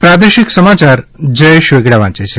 પ્રાદેશિક સમાચાર જયેશ વેગડા વાંચે છે